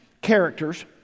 characters